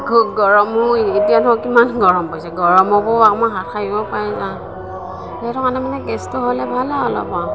গ গৰমো এতিয়া ধৰক কিমান গৰম পৰিছে গৰমকো আমাৰ হাত সাৰিব পাৰি সেইটো কাৰণে মানে গেছটো হ'লে ভাল হয় আৰু অলপ আৰু